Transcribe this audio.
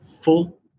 Full